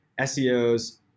SEOs